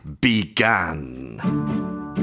began